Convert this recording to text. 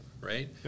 right